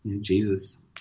Jesus